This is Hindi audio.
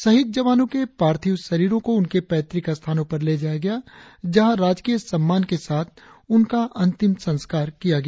शहीद जवानों के पार्थिव शरीरों को उनके पैतृक स्थानों पर ले जाया जाया गया जहाँ राजकीय सम्मान के साथ उनका अंतिम संस्कार किया गया